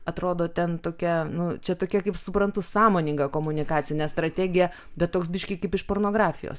atrodo ten tokia nu čia tokia kaip suprantu sąmoningą komunikacinė strategija bet toks biškį kaip iš pornografijos